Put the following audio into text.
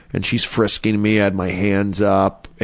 and she's frisking me, i had my hands up. and